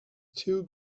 two